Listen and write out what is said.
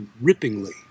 rippingly